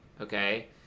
Okay